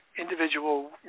individual